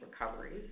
recoveries